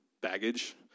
baggage